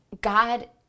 God